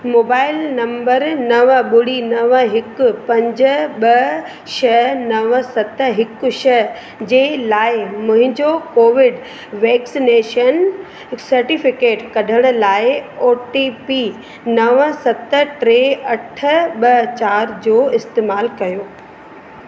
mobile number नव ॿुड़ी नव हिकु पंज ॿ छह नव सत हिकु छह जे लाइ मुंहिंजो कोविड वैक्सनेशन सर्टिफिकेट कढण लाइ ओ टी पी नव सत टे अठ ॿ चार जो इस्तेमालु कयो